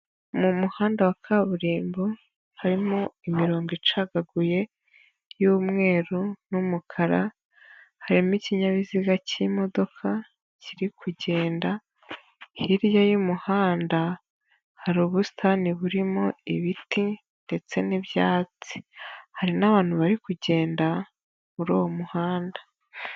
Ni umuhanda wa kaburimbo harimo imirongo icagaguye y'umweru n'umukara harimo ikinyabiziga k'imodoka kiri kugenda, hirya y'umuhanda hari ubusitani burimo ibiti ndetse n'ibyatsi, hari n'abantu bari kugenda muri uwo muhanda.